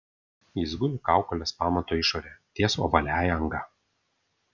jis guli kaukolės pamato išorėje ties ovaliąja anga